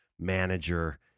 manager